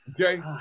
Okay